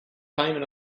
payment